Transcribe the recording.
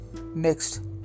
Next